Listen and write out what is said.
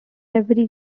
every